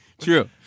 True